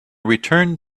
returned